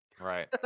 Right